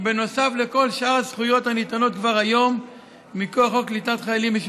בנוסף לכל שאר הזכויות הקיימות כבר